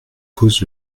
cause